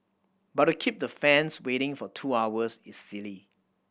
but to keep the fans waiting for two hours is silly